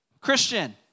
Christian